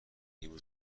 گیمو